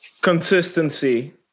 consistency